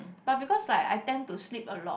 but because like I tend to sleep a lot